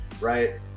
right